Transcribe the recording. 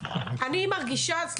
אני מרגישה --- אבל צריך --- מירב בן ארי,